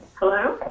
hello?